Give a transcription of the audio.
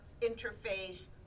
interface